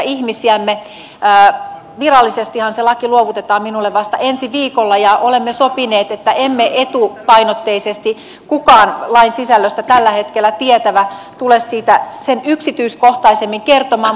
virallisestihan se laki luovutetaan minulle vasta ensi viikolla ja olemme sopineet että etupainotteisesti ei kukaan meistä tällä hetkellä lain sisällöstä tietävistä tule siitä sen yksityiskohtaisemmin kertomaan